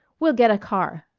we'll get a car.